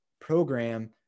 program